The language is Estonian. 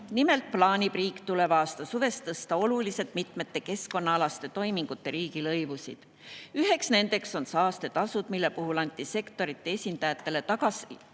Nimelt plaanib riik tuleva aasta suvest tõsta oluliselt mitmete keskkonnaalaste toimingute riigilõivusid. Ühed nendest on saastetasud, mille puhul anti sektorite esindajatele tagasiside